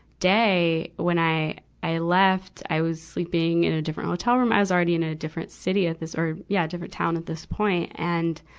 day when i, i left. i was sleeping in a different hotel room. i was already in a different city at this, or yeah, different town at this point. and,